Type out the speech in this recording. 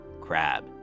Crab